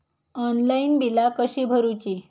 Online बिला कशी भरूची?